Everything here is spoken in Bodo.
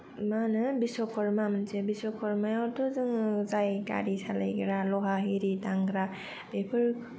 मा होनो बिश्वकर्मा मोनसे बिश्वकर्मायावथ' जोङो जाय गारि सालायग्रा लहा एरि दांग्रा बेफोर